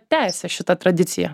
tęsia šitą tradiciją